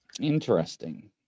Interesting